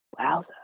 Wowza